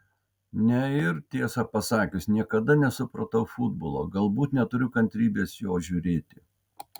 ne ir tiesą pasakius niekada nesupratau futbolo galbūt neturiu kantrybės jo žiūrėti